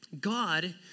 God